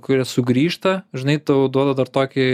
kurie sugrįžta žinai tau duoda dar tokį